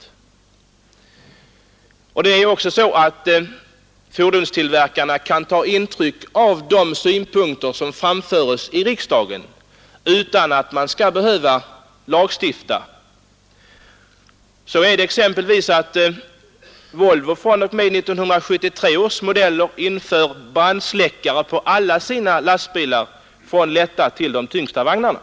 Fordonstillverkarna kan också ta 26 april 1972 intryck av de synpunkter som framförs i riksdagen utan att vi skall behöva lagstifta. Volvo inför t.ex. fr.o.m. 1973 års modeller brandsläckare på alla sina lastbilar — från de lätta till de tyngsta vagnarna.